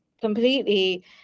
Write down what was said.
completely